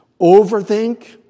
overthink